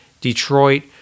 Detroit